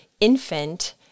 infant